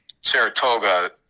Saratoga